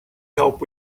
help